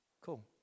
cool